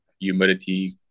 humidity